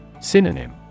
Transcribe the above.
Synonym